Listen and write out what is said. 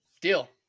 Deal